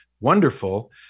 wonderful